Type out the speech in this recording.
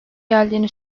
geldiğini